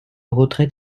retrait